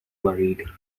worried